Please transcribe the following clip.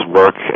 work